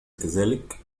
كذلك